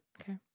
Okay